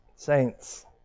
saints